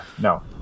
no